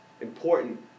Important